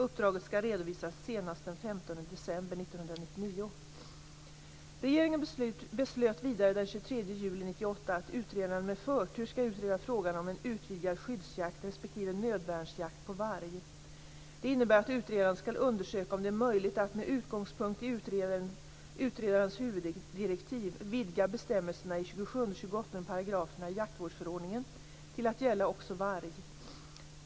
Uppdraget skall redovisas senast den 15 december 1999. Regeringen beslöt vidare den 23 juli 1998 att utredaren med förtur skall utreda frågan om en utvidgad skyddsjakt respektive nödvärnsjakt på varg. Det innebär att utredaren skall undersöka om det är möjligt att med utgångspunkt i utredarens huvuddirektiv vidga bestämmelserna i 27 och 28 §§ jaktförordningen till att gälla också varg.